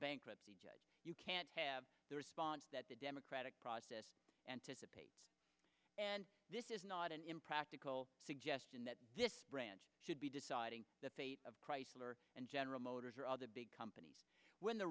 bankruptcy judge you can't have the response that the democratic process anticipated and this is not an impractical suggestion that this branch should be deciding the fate of chrysler and general motors or other big companies when the